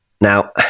Now